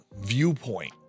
viewpoint